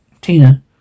tina